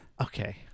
Okay